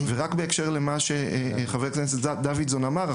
ובהקשר למה שחה"כ דוידסון אמר,